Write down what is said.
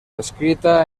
escrita